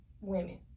women